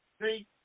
See